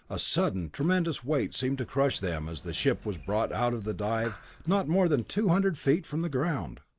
a sudden tremendous weight seemed to crush them as the ship was brought out of the dive not more than two hundred feet from the ground.